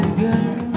girl